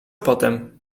potem